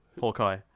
Hawkeye